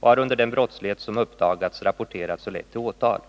varunder den brottslighet som uppdagats rapporterats och lett till åtal.